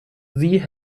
sie